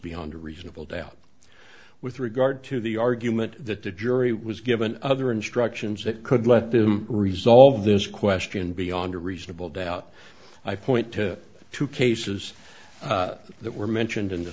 beyond reasonable doubt with regard to the argument that the jury was given other instructions that could let them resolve this question beyond a reasonable doubt i point to two cases that were mentioned in